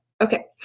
Okay